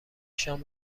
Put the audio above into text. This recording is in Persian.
شام